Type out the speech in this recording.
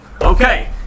Okay